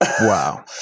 Wow